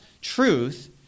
truth